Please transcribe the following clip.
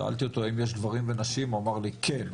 שאלתי אותו אם יש גברים ונשים הוא אמר לי כן.